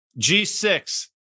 G6